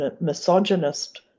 misogynist